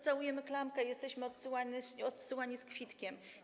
Całujemy klamkę, jesteśmy odsyłani z kwitkiem.